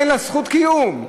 "אין לה זכות קיום".